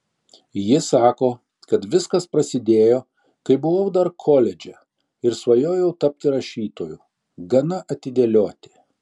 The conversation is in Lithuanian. ji sako kad viskas prasidėjo kai buvau dar koledže ir svajojau tapti rašytoju gana atidėlioti